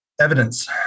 Evidence